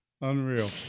unreal